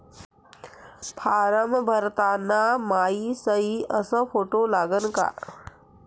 Form भरताना मायी सयी अस फोटो लागन का?